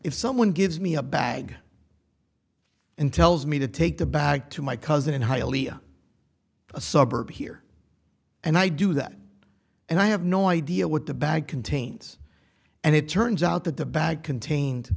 if someone gives me a bag and tells me to take a bag to my cousin in hialeah a suburb here and i do that and i have no idea what the bag contains and it turns out that the bag contained